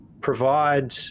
provide